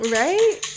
right